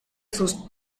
sus